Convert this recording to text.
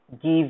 give